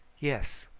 yes,